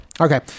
Okay